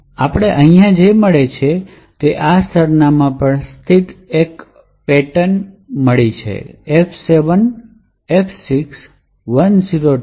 આપણે અહીં જે મેળવીએ છીએ તે એ છે કે તેને આ સરનામાં પર સ્થિત એક પેટર્ન મળ્યો છે F7F6102B